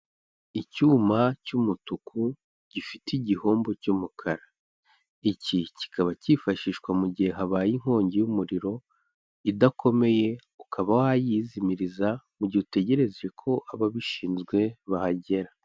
Icyuma cy'umutuku gifite igihombo cy'umukara, iki kikaba cyifashishwa mu gihe habaye inkongi y'umuriro idakomeye ukaba wayizimiriza mu gihe utegereze ko ababishinzwe bahagera.